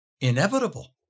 inevitable